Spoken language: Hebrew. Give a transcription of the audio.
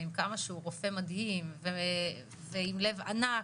עם כמה שהוא רופא מדהים ועם לב ענק,